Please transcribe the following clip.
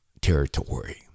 territory